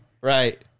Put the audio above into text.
Right